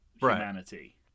humanity